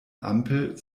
ampel